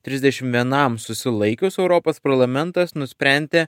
trisdešim vienam susilaikius europos parlamentas nusprendė